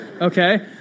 okay